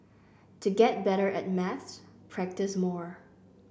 to get better at maths practise more